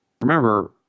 remember